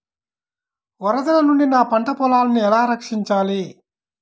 వరదల నుండి నా పంట పొలాలని ఎలా రక్షించాలి?